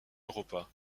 europa